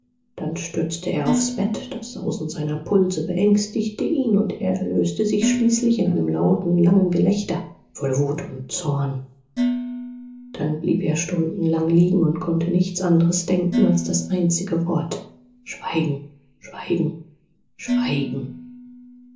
dann stürzte er aufs bett das sausen seiner pulse beängstigte ihn und er erlöste sich schließlich in einem lauten langen gelächter voll wut und zorn dann blieb er stundenlang liegen und konnte nichts andres denken als das einzige wort schweigen schweigen schweigen